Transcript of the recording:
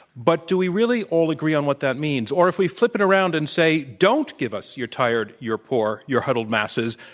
but do we really all agree on what that means? or if we flip it around and say, don't give us your tired, your poor, your huddled masses,